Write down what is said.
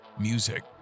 music